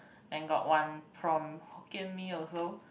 then got one prawn Hokkien Mee also